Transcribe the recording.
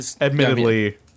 admittedly